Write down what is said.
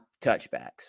touchbacks